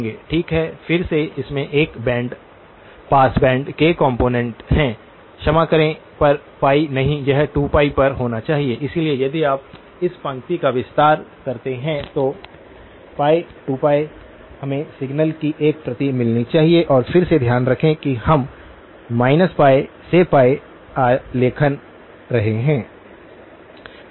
ठीक है फिर से इसमें पास बैंड के कॉम्पोनेन्ट हैं क्षमा करें पर π नहीं यह 2 π पर होना चाहिए इसलिए यदि आप इस पंक्ति का विस्तार करते हैं तो π 2π हमें सिग्नल की एक प्रति मिलनी चाहिए फिर से ध्यान रखें कि हम π से π आलेखन रहे हैं